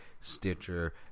Stitcher